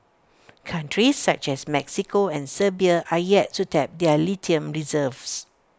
countries such as Mexico and Serbia are yet to tap their lithium reserves